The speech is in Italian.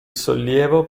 sollievo